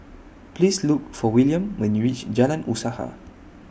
Please Look For William when YOU REACH Jalan Usaha